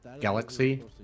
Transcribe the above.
galaxy